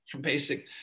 basic